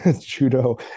judo